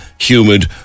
humid